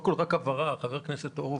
חבר הכנסת הורוביץ,